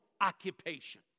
occupation